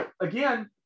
again